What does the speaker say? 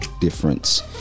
difference